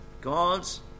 God's